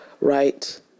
right